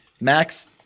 Max